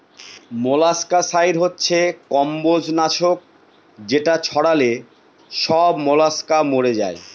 molluscicide হচ্ছে কম্বজ নাশক যেটা ছড়ালে সব মলাস্কা মরে যায়